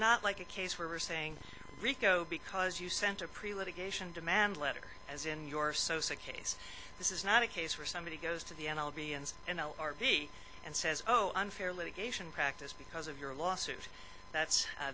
not like a case where we're saying rico because you sent a pretty litigation demand letter as in your sosa case this is not a case where somebody goes to the end albion's n l r b and says oh unfair litigation practice because of your lawsuit that's